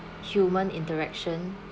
human interaction